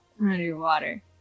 underwater